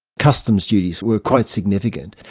customs duties were quite significant.